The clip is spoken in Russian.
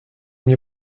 мне